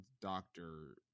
doctor